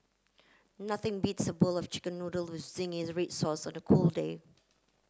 nothing beats a bowl of chicken noodles with zingy red sauce on a cold day